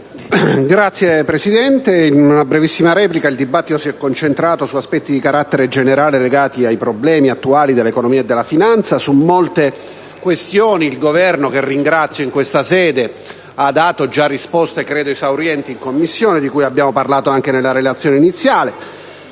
Signor Presidente, svolgerò una brevissima replica. Il dibattito si è concentrato su aspetti di carattere generale legati ai problemi attuali dell'economia e della finanza. Su molte questioni il Governo, che ringrazio in questa sede, ha dato già risposte credo esaurienti in Commissione, di cui abbiamo parlato anche nella relazione iniziale.